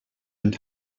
and